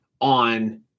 on